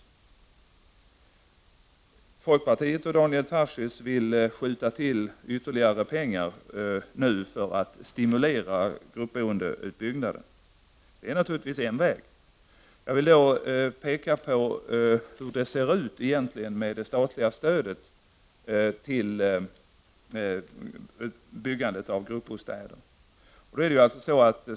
Daniel Tarschys och folkpartiet vill skjuta till ytterligare pengar för att stimulera utbyggnaden av gruppboendet. Det är naturligtvis en väg. Jag vill då peka på hur det egentligen ser ut med det statliga stödet till byggande av gruppbostäder.